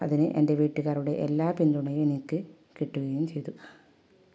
അതിന് എൻ്റെ വീട്ടുകാരുടെ എല്ലാ പിന്തുണയും എനിക്ക് കിട്ടുകയും ചെയ്തു